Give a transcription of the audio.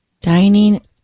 dining